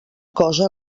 cosa